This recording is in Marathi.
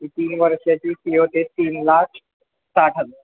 तीन वर्षाची फी होते तीन लाख साठ हजार